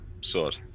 sword